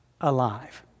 alive